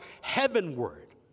heavenward